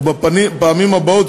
ובפעמים הבאות,